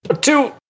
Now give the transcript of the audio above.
Two